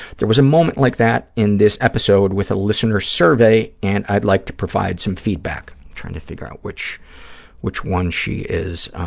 there was a moment like that in this episode with a listener survey, and i'd like to provide some feedback. i'm trying to figure out which which one she is,